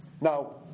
Now